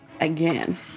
again